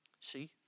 See